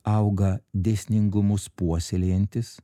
auga dėsningumus puoselėjantis